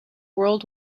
world